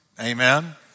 Amen